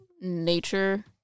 nature